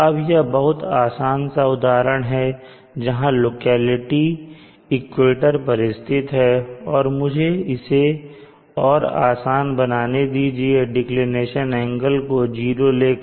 अब यह बहुत आसान सा उदाहरण है जहां लोकेलिटी इक्वेटर पर स्थित है और मुझे इसे और आसान बनाने दीजिए डिक्लिनेशन 0 लेकर